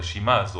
אותה דרישה של